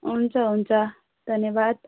हुन्छ हुन्छ धन्यवाद